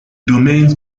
domains